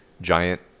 giant